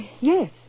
Yes